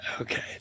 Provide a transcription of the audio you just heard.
Okay